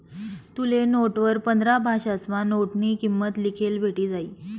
तुले नोटवर पंधरा भाषासमा नोटनी किंमत लिखेल भेटी जायी